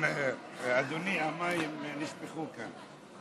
אדוני, המים נשפכו כאן.